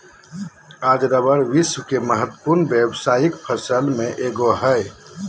आज रबर विश्व के महत्वपूर्ण व्यावसायिक फसल में एगो हइ